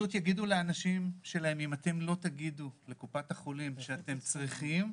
יגידו לאנשים שלהם: אם לא תגידו לקופת החולים שאתם צריכים,